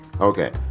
Okay